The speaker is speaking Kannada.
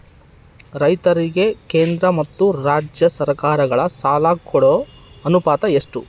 ರೈತರಿಗೆ ಕೇಂದ್ರ ಮತ್ತು ರಾಜ್ಯ ಸರಕಾರಗಳ ಸಾಲ ಕೊಡೋ ಅನುಪಾತ ಎಷ್ಟು?